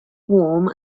warm